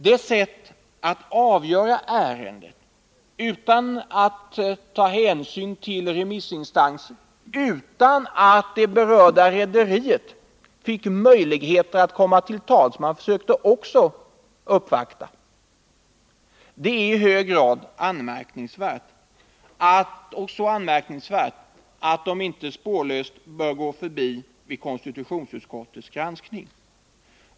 Detta sätt att avgöra ärendet utan att ta hänsyn till remissinstanserna och utan att det berörda rederiet fick möjligheter att komma till tals igen — även det försökte uppvakta — är i hög grad anmärkningsvärt. Det är så anmärkningsvärt att det inte bör gå spårlöst förbi vid konstitutionsutskottets granskning.